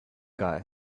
guy